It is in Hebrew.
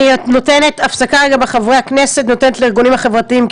אני עושה הפסקת עם חברי הכנסת ועוברת לארגונים החברתיים,